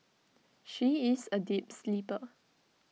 she is A deep sleeper